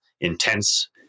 intense